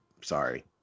Sorry